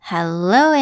Hello